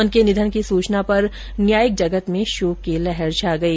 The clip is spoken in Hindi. उनके निधन की सूचना पर न्यायिक जगत में शोक की लहर छा गई